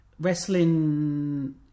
wrestling